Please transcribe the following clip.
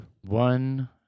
One